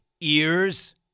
ears